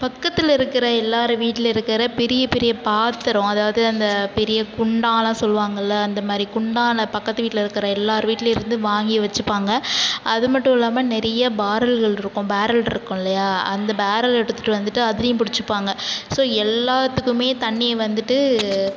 பக்கத்தில் இருக்கிற எல்லாரு வீட்டில் இருக்கிற பெரிய பெரிய பாத்தரம் அதாவது அந்த பெரிய குண்டான்லாம் சொல்லுவாங்கள்ல அந்த மாரி குண்டான பக்கத்து வீட்டில் இருக்கிற எல்லார் வீட்லியுருந்தும் வாங்கி வச்சுப்பாங்க அது மட்டும் இல்லாமல் நிறையா பாரல்கள் இருக்கும் பேரல் இருக்கும் இல்லையா அந்த பேரல் எடுத்துகிட்டு வந்துவிட்டு அதுலையும் பிடிச்சிப்பாங்க ஸோ எல்லாத்துக்குமே தண்ணி வந்துவிட்டு